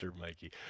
Mikey